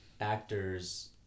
actors